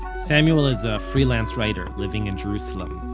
samuel is a freelance writer living in jerusalem.